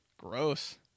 Gross